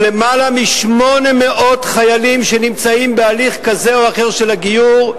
ולמעלה מ-800 חיילים שנמצאים בהליך כזה או אחר של הגיור,